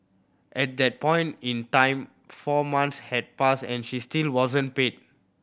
at that point in time four months had passed and she still wasn't paid